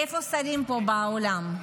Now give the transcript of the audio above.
איפה השרים פה באולם?